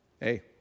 hey